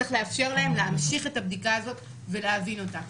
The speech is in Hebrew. צריך לאפשר להם להמשיך את הבדיקה הזאת ולהבין אותה.